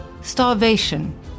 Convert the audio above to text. starvation